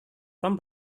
tom